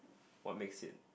what makes it